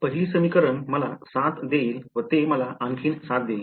पहिली समीकरण मला 7 देईल व ते मला आणखी 7 देईल